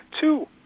two